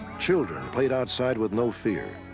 children played outside with no fear.